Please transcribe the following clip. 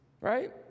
Right